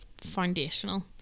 foundational